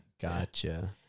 Gotcha